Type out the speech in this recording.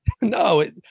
No